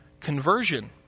conversion